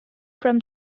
from